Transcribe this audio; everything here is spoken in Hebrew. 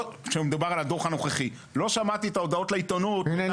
לא שמעתי את ההודעות לעיתונות --- הינה,